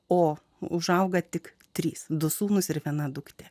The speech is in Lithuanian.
o užauga tik trys du sūnūs ir viena duktė